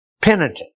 penitent